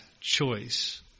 choice